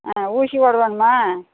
ஆ ஊசி போடுவாங்களா